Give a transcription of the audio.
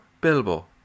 Bilbo